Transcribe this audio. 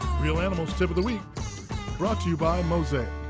reel animals tip of the week brought to you by mosaic.